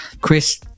chris